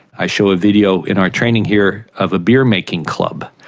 i show a video in our training here of a beer making club.